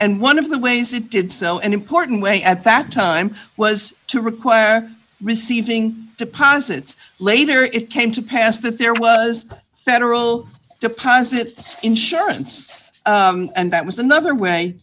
and one of the ways it did so an important way at that time was to require receiving deposits later it came to pass that there was a federal deposit insurance and that was another way